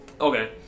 Okay